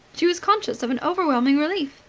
she was conscious of an overwhelming relief.